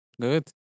Good